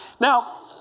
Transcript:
Now